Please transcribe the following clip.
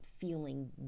feeling